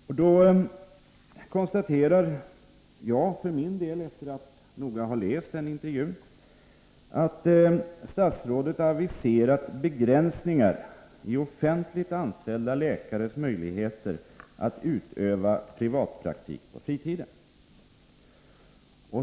Efter att noga ha läst intervjun konstaterar jag för min del att statsrådet har aviserat begränsningar i offentligt anställda läkares möjligheter att utöva privatpraktik på fritiden.